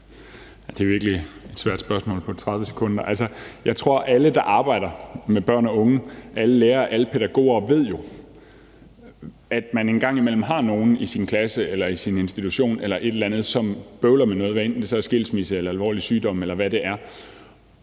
Det er virkelig et svært spørgsmål at svare på, når man kun har 30 sekunder. Jeg tror, at alle, der arbejder med børn af unge – alle lærere og pædagoger – jo kender til, at man engang imellem har nogle i sin klasse, sin institution eller andet, som bøvler med noget, hvad enten det så er skilsmisse eller alvorlig sygdom eller noget